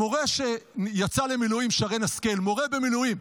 מורה שיצא למילואים, שרן השכל, מורה במילואים,